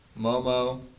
Momo